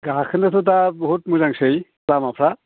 गाखोनोथ' दा बहुद मोजांसै लामाफ्रा